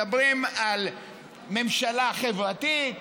מדברים על ממשלה חברתית,